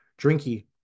Drinky